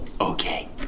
Okay